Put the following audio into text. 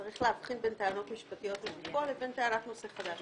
צריך להבחין בין טענות משפטיות לגופו לבין טענת נושא חדש.